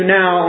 now